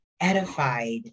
edified